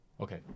Okay